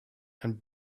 and